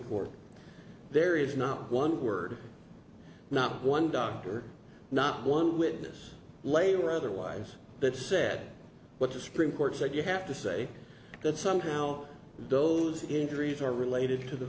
court there is not one word not one doctor not one witness label or otherwise that said what the spring court said you have to say that somehow those injuries are related to the